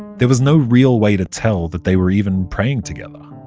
there was no real way to tell that they were even praying together.